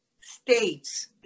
states